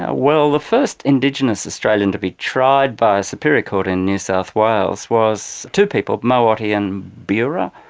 ah well, the first indigenous australians to be tried by a superior court in new south wales was two people, mow-watty and bioorah.